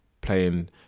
playing